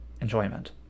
enjoyment